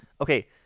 Okay